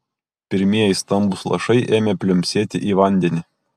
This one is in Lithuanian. pirmieji stambūs lašai ėmė pliumpsėti į vandenį